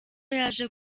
yaje